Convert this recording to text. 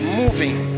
moving